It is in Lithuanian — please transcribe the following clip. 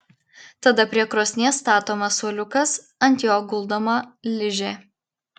tada prie krosnies statomas suoliukas ant jo guldoma ližė